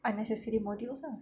unnecessary modules ah